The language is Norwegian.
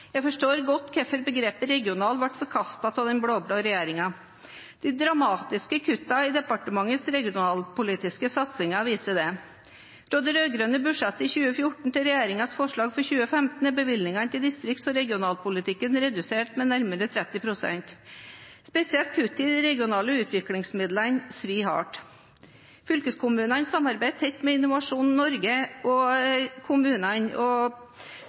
Jeg forstår godt hvorfor begrepet «regional» ble forkastet av den blå-blå regjeringen. De dramatiske kuttene i departementets regionalpolitiske satsinger viser det. Fra det rød-grønne budsjettet i 2014 til regjeringens forslag for 2015 er bevilgningene til distrikts- og regionalpolitikken redusert med nærmere 30 pst. Spesielt kutt i de regionale utviklingsmidlene svir hard. Fylkeskommunene samarbeider tett med Innovasjon Norge og kommunene og